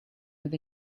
with